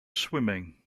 swimming